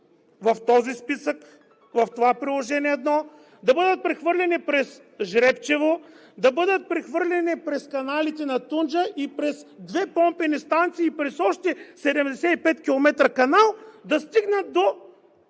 в този списък, в това Приложение 1, да бъдат прехвърлени през „Жребчево“, да бъдат прехвърлени през каналите на Тунджа и през две помпени станции, и през още 75 км канал, да стигнат до